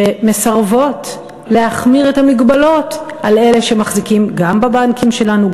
שמסרבות להחמיר את המגבלות על אלה שמחזיקים גם בבנקים שלנו,